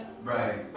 right